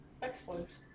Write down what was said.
Excellent